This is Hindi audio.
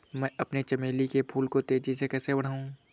मैं अपने चमेली के फूल को तेजी से कैसे बढाऊं?